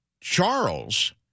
Charles